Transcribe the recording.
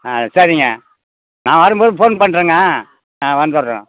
ஆ சரிங்க நான் வரும் போது ஃபோன் பண்ணுறேங்க ஆ வந்தர்றோம்